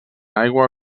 aigua